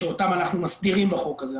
שאותם אנחנו מסדירים בחוק הזה.